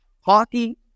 Hockey